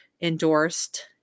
endorsed